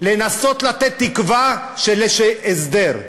לנסות לתת תקווה של הסדר.